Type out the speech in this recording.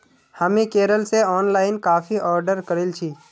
हामी केरल स ऑनलाइन काफी ऑर्डर करील छि